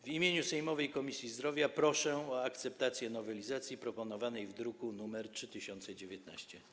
W imieniu sejmowej Komisji Zdrowia proszę o akceptację nowelizacji zawartej w druku nr 3019.